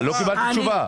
תשובה.